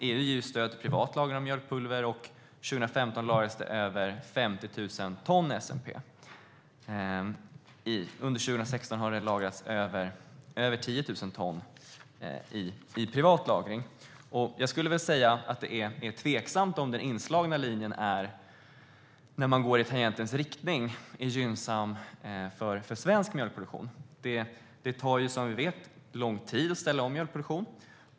EU ger stöd till privat lagring av mjölkpulver. År 2015 lagrades över 50 000 ton SMP. Under 2016 har det lagrats över 10 000 ton i privat lagring. Jag skulle vilja säga att det är tveksamt om det ligger i tangentens riktning att den inslagna linjen är gynnsam för svensk mjölkproduktion. Det tar som vi vet lång tid att ställa om mjölkproduktion.